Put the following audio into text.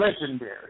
Legendary